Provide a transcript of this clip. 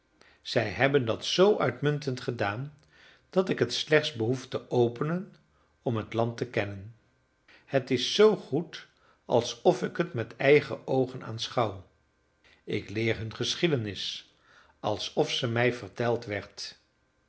zij hebben dat zoo uitmuntend gedaan dat ik het slechts behoef te openen om het land te kennen het is zoo goed alsof ik het met eigen oogen aanschouw ik leer hun geschiedenis alsof ze mij verteld werd